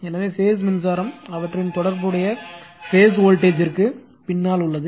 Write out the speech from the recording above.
எனவே பேஸ் மின்சாரம் அவற்றின் தொடர்புடைய பேஸ் வோல்டேஜ் ற்கு பின்னால் உள்ளது